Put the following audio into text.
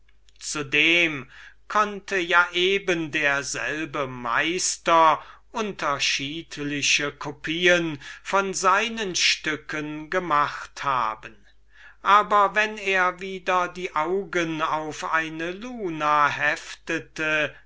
zudem konnte ja der nämliche meister unterschiedliche kopien von seinen stücken gemacht haben aber wenn er wieder die augen auf ein stück heftete